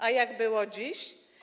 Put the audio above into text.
A jak było dziś?